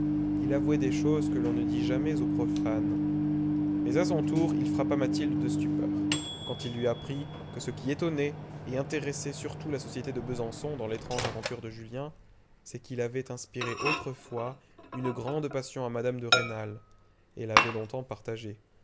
il avouait des choses que l'on ne dit jamais aux profanes mais à son tour il frappa mathilde de stupeur quand il lui apprit que ce qui étonnait et intéressait surtout la société de besançon dans l'étrange aventure de julien c'est qu'il avait inspiré autrefois une grande passion à mme de rênal et l'avait longtemps partagée